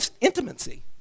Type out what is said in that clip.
intimacy